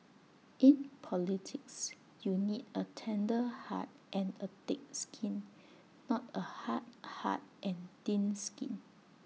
in politics you need A tender heart and A thick skin not A hard heart and thin skin